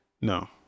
No